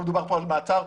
לא מדובר כאן על מעצר,